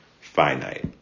finite